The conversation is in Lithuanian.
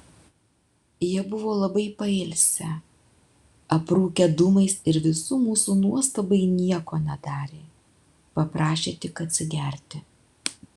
jie buvo labai pailsę aprūkę dūmais ir visų mūsų nuostabai nieko nedarė paprašė tik atsigerti